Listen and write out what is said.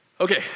Okay